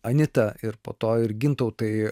anita ir po to ir gintautai